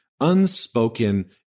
unspoken